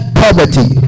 poverty